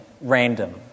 random